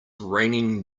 raining